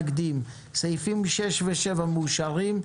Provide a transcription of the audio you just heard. סעיפים 6 ו-7 אושרו פה אחד.